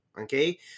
Okay